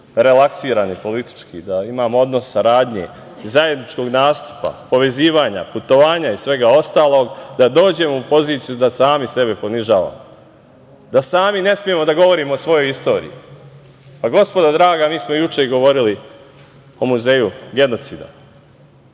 relaksirani politički, da imamo odnos saradnje, zajedničkog nastupa, povezivanja, putovanja i svega ostalog, da dođemo u poziciju da sami sebe ponižavamo, da sami ne smemo da govorimo o svojoj istoriji. Gospodo draga, mi smo juče govorili o muzeju genocida.